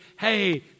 hey